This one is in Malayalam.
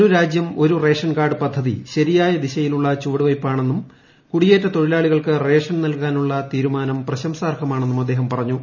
ഒരു രാജ്യം ഒരു റേഷൻകാർഡ് പദ്ധതി ശരിയായ ദിശയിലുള്ള ചുവടുവയ്പാണെന്നും കുടിയേറ്റ തൊഴിലാളികൾക്ക് റേഷൻ നല്കാനുള്ള തീരുമാനം പ്രശംസാർഹമാണെന്നും അദ്ദേഹം പറഞ്ഞു